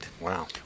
Wow